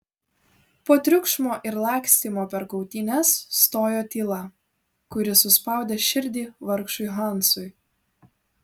po triukšmo ir lakstymo per kautynes stojo tyla kuri suspaudė širdį vargšui hansui